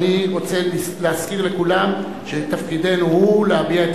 אני רוצה להזכיר לכולם שתפקידנו הוא להביע את